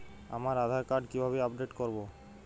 আমার আধার কার্ড কিভাবে আপডেট করব?